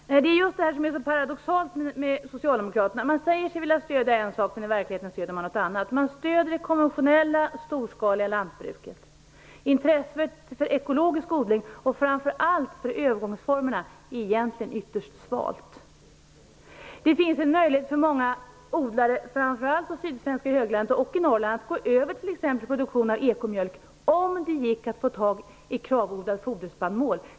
Fru talman! Det är just detta som är så paradoxalt med Socialdemokraterna. Man säger sig vilja stödja en sak, men i verkligeheten stöder man något annat. Man stöder det konventionella storskaliga lantbruket. Intresset för ekologisk odling och framför allt för övergångsformerna är egentligen ytterst svalt. Det finns en möjlighet för många odlare framför allt på sydsvenska höglandet och i Norrland att gå över till t.ex. produktion av ekomjölk om det går att få tag i KRAV-odlad foderspannmål.